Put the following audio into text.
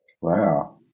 Wow